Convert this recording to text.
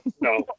No